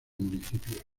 municipios